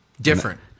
Different